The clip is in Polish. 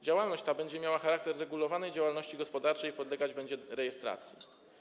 Działalność ta będzie miała charakter regulowanej działalności gospodarczej i podlegać będzie rejestracji.